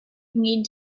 need